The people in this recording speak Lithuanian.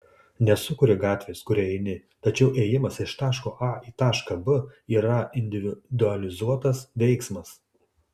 nesukuri gatvės kuria eini tačiau ėjimas iš taško a į tašką b yra individualizuotas veiksmas